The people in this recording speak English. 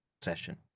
session